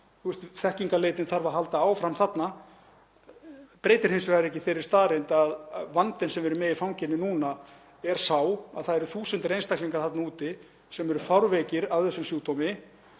Þekkingarleitin þarf að halda áfram þarna. Það breytir hins vegar ekki þeirri staðreynd að vandinn sem við erum með í fanginu núna er sá að það eru þúsundir einstaklinga þarna úti sem eru fárveikir af þessum sjúkdómi.